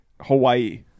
Hawaii